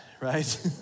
right